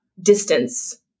distance